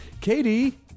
Katie